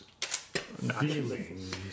Feelings